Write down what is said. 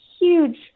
huge